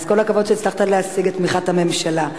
אז כל הכבוד שהצלחת להשיג את תמיכת הממשלה.